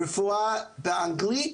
רפואה באנגלית,